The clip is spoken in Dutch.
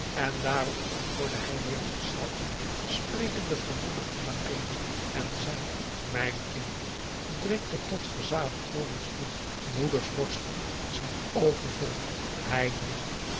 en daarop antwoordde hij weer zichzelven sprekende voor moeder endang reni en zei mijn kind drinke tot verzadigd wordens toe moeders borsten zijn overvol hij drinke